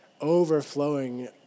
overflowing